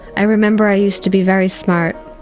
i remember i used to be very smart.